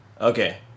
Okay